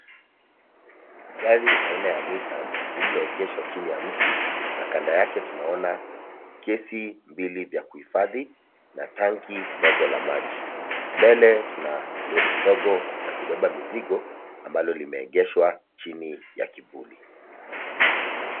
Gari aina ya nissan lililoegeshwa chini ya mti na kando yake tunaona kesi mbili vya kuhifadhi na tanki ndogo la maji. Mbele tuna lori ndogo ya kubeba mizigo, ambalo limeegeshwa chini ya kivuli.